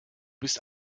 bist